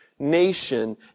nation